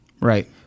Right